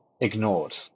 ignored